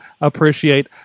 appreciate